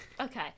Okay